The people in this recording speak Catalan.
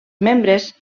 membres